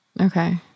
Okay